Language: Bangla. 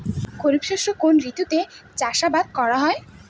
খরিফ শস্য কোন ঋতুতে চাষাবাদ করা হয়?